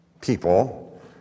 people